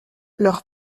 leur